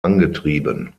angetrieben